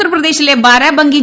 ഉത്തർപ്രദേശിലെ ബാരാബങ്കി